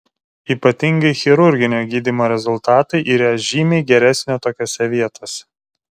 ypatingai chirurginio gydymo rezultatai yra žymiai geresnio tokiose vietose